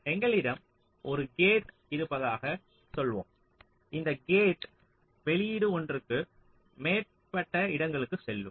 எங்களிடம் ஒரு கேட் இருப்பதாகச் சொல்வோம் இந்த கேட் வெளியீடு ஒன்றுக்கு மேற்பட்ட இடங்களுக்குச் செல்லக்கூடும்